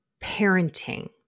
parenting